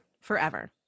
forever